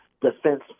defense